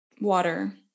water